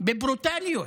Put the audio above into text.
בברוטליות.